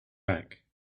back